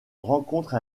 rencontre